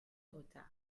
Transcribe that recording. retard